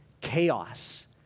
chaos